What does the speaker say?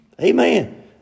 Amen